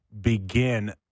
begin